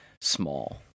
small